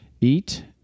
eat